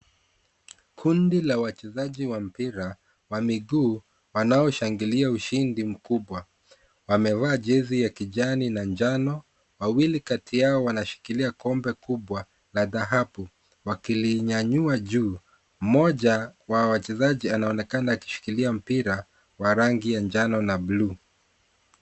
Kundi la wachezaji wa mpira wa miguu wanaoshangilia ushindi mkubwa. Wamevaa jezi ya kijani na njano, wawili kati yao wanashikilia pombe kubwa la dhahabu wakilinyanyua juu. Moja wa wachezaji anaonekana akishikilia mpira wa rangi ya njano na bluu.